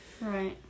Right